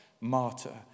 martyr